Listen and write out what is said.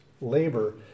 labor